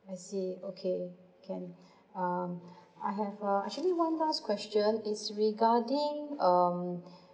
I see okay can um I have a I actually one last question is regarding um